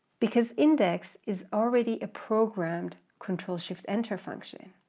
because index is already a programmed control shift enter function.